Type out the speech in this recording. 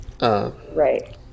right